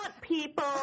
people